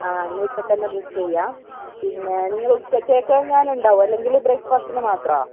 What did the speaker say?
ആ എന്നാൽ ഇപ്പം തന്നെ ബുക്ക് ചെയ്യാം പിന്നെ നിങ്ങൾ ഉച്ചത്തേക്ക് എങ്ങാനും ഉണ്ടാവും അതോ ബ്രേക്ഫാസ്റ്റിന് മാത്രമോ